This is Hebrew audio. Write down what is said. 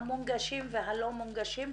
המונגשים והלא מונגשים,